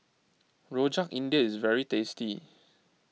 Rojak India is very tasty